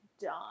done